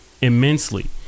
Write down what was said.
immensely